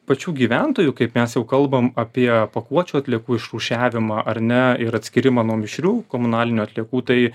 pačių gyventojų kaip mes jau kalbam apie pakuočių atliekų išrūšiavimą ar ne ir atskyrimą nuo mišrių komunalinių atliekų tai